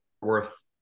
Worth